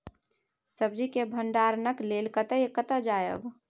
सब्जी के भंडारणक लेल कतय जायब?